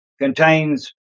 contains